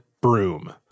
broom